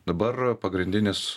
dabar pagrindinis